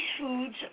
foods